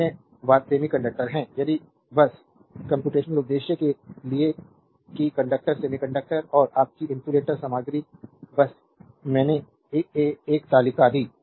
अन्य बात सेमीकंडक्टर हैं यदि बस कम्प्यूटेशनल उद्देश्य के लिए कि कंडक्टर सेमीकंडक्टर और आपकी इन्सुलेटर सामग्री बस मैंने एक तालिका दी